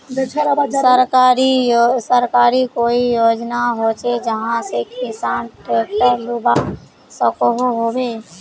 सरकारी कोई योजना होचे जहा से किसान ट्रैक्टर लुबा सकोहो होबे?